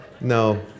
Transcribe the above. No